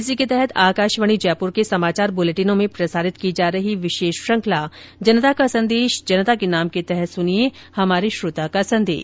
इसी के तहत आकाशवाणी जयपुर के समाचार बुलेटिनों में प्रसारित की जा रही विशेष श्रृंखंला जनता का संदेश जनता के नाम के तहत सुनिये हमारे श्रोता का संदेश